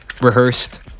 rehearsed